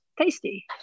tasty